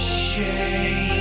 shame